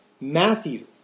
Matthew